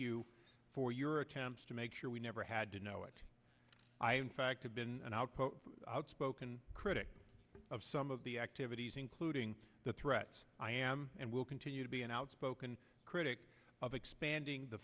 you for your attempts to make sure we never had to know it i'm fact i've been an output outspoken critic of some of the activities including the threat i am and will continue to be an outspoken critic of expanding the